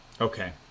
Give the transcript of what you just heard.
okay